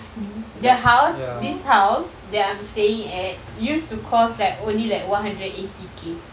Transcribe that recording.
the house this house that I'm staying at used to cost like only like one hundred and eighty K